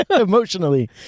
Emotionally